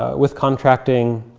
ah with contracting,